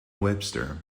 webster